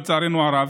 לצערנו הרב,